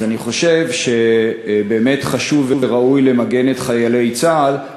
אז אני חושב שבאמת חשוב וראוי למגן את חיילי צה"ל,